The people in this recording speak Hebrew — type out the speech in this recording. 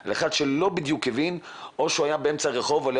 על אחד שלא בדיוק הבין או שהוא היה באמצע רחוב ולא